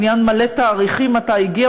עניין מלא תאריכים: מתי הגיע,